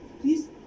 please